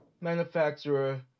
manufacturer